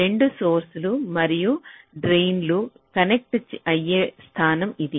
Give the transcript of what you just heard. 2 source మరియు drain లు connect అయ్యే స్థానం ఇది